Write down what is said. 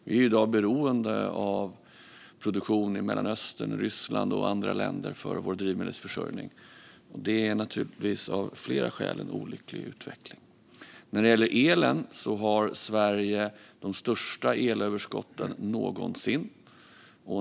Vi är i dag beroende av produktion i Mellanöstern, i Ryssland och i andra länder för vår drivmedelsförsörjning. Det är naturligtvis av flera skäl en olycklig utveckling. När det gäller elen har Sverige de största elöverskotten någonsin.